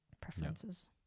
preferences